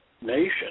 nation